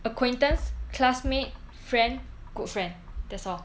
acquaintance classmate friend good friend that's all